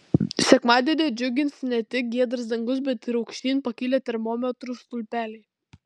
sekmadienį džiugins ne tik giedras dangus bet ir aukštyn pakilę termometrų stulpeliai